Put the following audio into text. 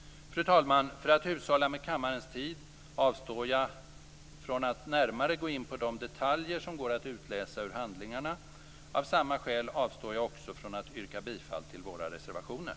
Fru talman! För att hushålla med kammarens tid avstår jag från att närmare gå in på de detaljer som går att utläsa ur handlingarna. Av samma skäl avstår jag också från att yrka bifall till våra reservationer.